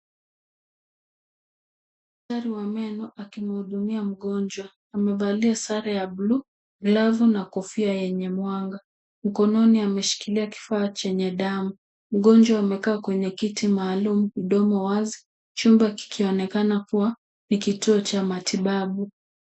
Daktari wa meno akimhudumia mgonjwa. Amevalia sare ya buluu, glavubnankofia yenye mwanga. Mkononi ameshikilia kitunchenye damu. Mgonjwa amekaa kwenye kiti maalum mdomo wazi chumba kikionekana kuwa ni kituo cha matibabu.